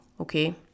okay